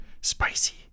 Spicy